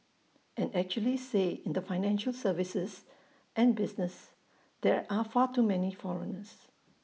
and actually say in the financial services and business there are far too many foreigners